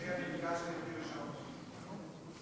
אדוני, אני ביקשתי שתרשום אותי.